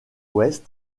ouest